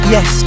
Yes